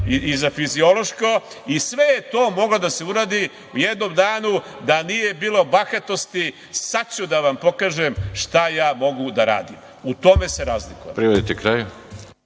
i fiziološko, i sve je to moglo da se uradi u jednom danu da nije bilo bahatosti – sad ću da vam pokažem šta ja mogu da radim. U tome se razlikujemo.